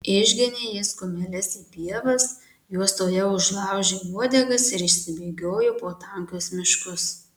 išginė jis kumeles į pievas jos tuojau užlaužė uodegas ir išsibėgiojo po tankius miškus